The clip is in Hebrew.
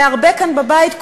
להרבה כאן בבית,